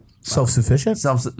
Self-sufficient